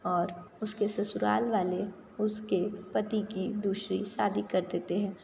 और उसके ससुराल वाले उसके पति की दूसरी शादी कर देते हैं